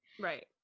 right